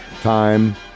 Time